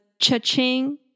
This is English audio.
cha-ching